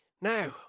Now